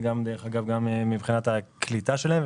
וגם דרך אגב מבחינת הקליטה שלהם,